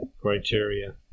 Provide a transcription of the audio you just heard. criteria